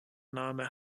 name